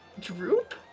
Droop